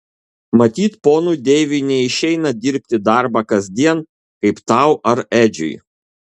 matyt ponui deiviui neišeina dirbti darbą kasdien kaip tau ar edžiui